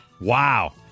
Wow